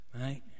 right